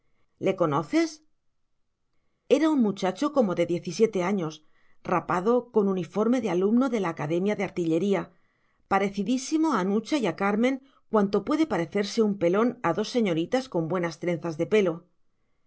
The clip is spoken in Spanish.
le conoces era un muchacho como de diecisiete años rapado con uniforme de alumno de la academia de artillería parecidísimo a nucha y a carmen cuanto puede parecerse un pelón a dos señoritas con buenas trenzas de pelo